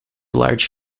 large